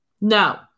No